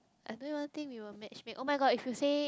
I don't even think we will match make oh-my-god if you say